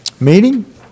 meeting